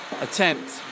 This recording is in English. attempt